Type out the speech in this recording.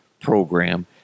program